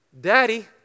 Daddy